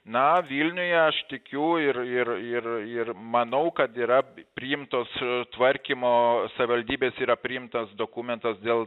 na vilniuje aš tikiu ir ir ir ir manau kad yra priimtos tvarkymo savivaldybės yra priimtas dokumentas dėl